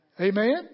Amen